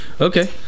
Okay